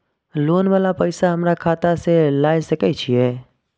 Loan वाला पैसा हमरा खाता से लाय सके छीये?